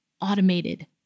automated